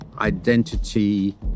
identity